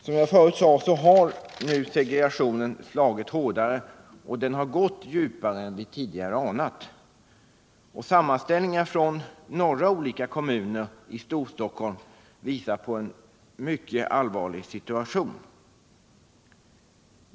Som jag förut sade har segregationen slagit hårdare och gått djupare än vi kunnat ana. Sammanställningar från några olika kommuner inom Storstockholmsområdet visar på en mycket allvarlig situation.